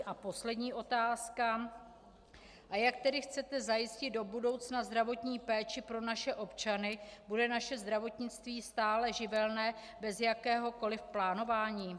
A poslední otázka: Jak tedy chcete zajistit do budoucna zdravotní péči pro naše občany, bude naše zdravotnictví stále živelné, bez jakéhokoli plánování?